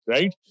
Right